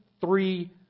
three